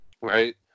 right